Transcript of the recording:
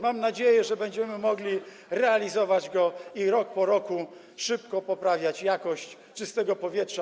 Mam nadzieję, że będziemy mogli realizować go i rok po roku szybko poprawiać jakość aż do czystego powietrza.